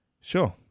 sure